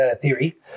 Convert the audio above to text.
theory